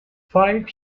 five